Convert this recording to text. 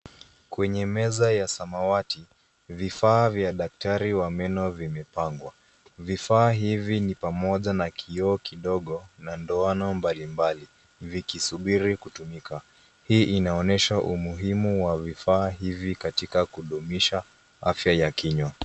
Kwenye meza ya samawati, vifaa vya daktari wa meno vimepangwa. Vifaa hivi ni pamoja na kioo kidogo na ndoano mbali mbali, vikisubiri kutumika. Hii inaonesha umuhimu wa vifaa hivi katika kudumisha afya ya kinywa.